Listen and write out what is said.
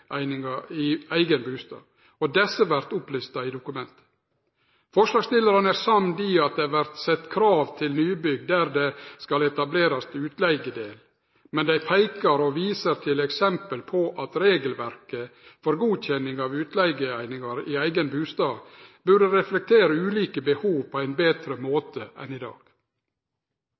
i eigen bustad, og desse vert lista opp i dokumentet. Forslagsstillarane er samde i at det vert sett krav til nybygg der det skal etablerast utleigedel, men dei viser til eksempel på at regelverket for godkjenning av utleigeeiningar i eigen bustad burde reflektere ulike behov på ein betre måte enn i dag.